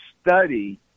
study